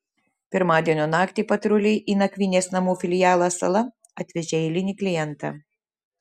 pirmadienio naktį patruliai į nakvynės namų filialą sala atvežė eilinį klientą